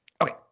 Okay